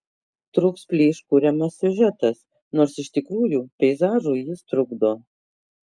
trūks plyš kuriamas siužetas nors iš tikrųjų peizažui jis trukdo